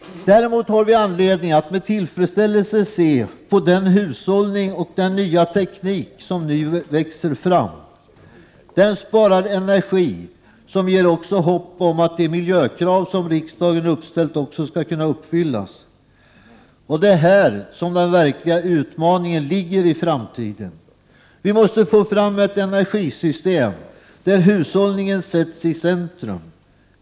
Däremot har vi anledning att med tillfredsställelse se på den hushållning och den nya teknik som nu växer fram. Den sparar energi, men den ger dessutom hopp om att de miljökrav som riksdagen uppställt också skall kunna uppfyllas. Det är här som den verkliga utmaningen ligger inför framtiden. Vi måste få fram ett energisystem, där hushållningen sätts i centrum.